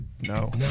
No